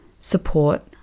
support